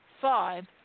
five